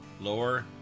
lower